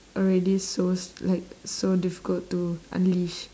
already so like so difficult to unleash